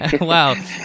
Wow